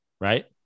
Right